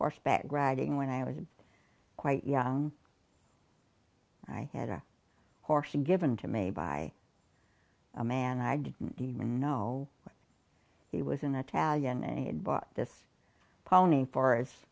horseback riding when i was quite young i had a horse she'd given to me by a man i didn't even know he was an italian and bought this pony for